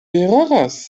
eraras